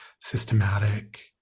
systematic